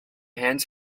hands